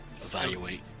evaluate